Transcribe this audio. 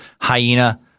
hyena